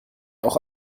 auch